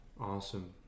Awesome